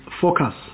focus